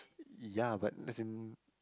ya but as in